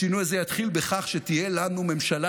השינוי יתחיל בכך שתהיה לנו ממשלה